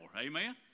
amen